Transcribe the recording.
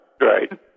Right